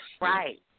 right